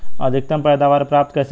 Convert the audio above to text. अधिकतम पैदावार प्राप्त कैसे करें?